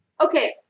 okay